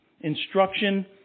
instruction